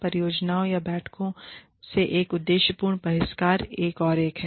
परियोजनाओं या बैठकों से एक उद्देश्यपूर्ण बहिष्करण एक और एक है